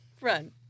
Run